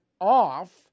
off